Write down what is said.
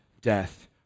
death